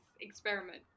experiment